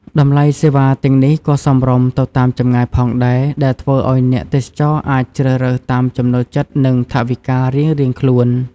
តម្លៃសេវាទាំងនេះក៏សមរម្យទៅតាមចម្ងាយផងដែរ ដែលធ្វើឲ្យអ្នកទេសចរអាចជ្រើសរើសតាមចំណូលចិត្តនិងថវិការៀងៗខ្លួន។